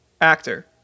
actor